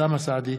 אוסאמה סעדי,